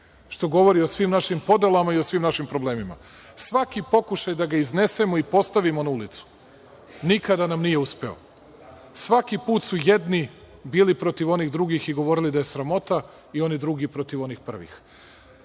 Što govori o svim našim podelama i o svim našim problemima. Svaki pokušaj da ga iznesemo i postavimo na ulicu nikada nam nije uspeo. Svaki put su jedni bili protiv onih drugih i govorili da je sramota i oni drugi protiv onih prvih. Samo